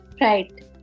Right